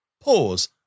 pause